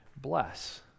bless